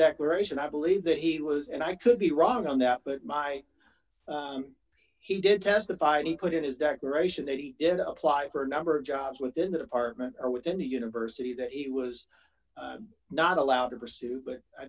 declaration i believe that he was and i could be wrong on that but my he did testify and he put in his declaration that he did apply for a number of jobs within the department or within the university that he was not allowed to pursue but i